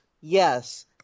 Yes